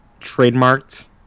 trademarked